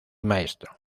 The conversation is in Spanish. maestro